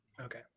okay